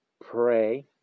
pray